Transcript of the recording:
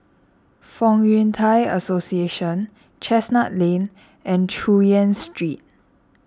Fong Yun Thai Association Chestnut Lane and Chu Yen Street